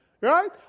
Right